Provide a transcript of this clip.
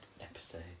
episode